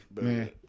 man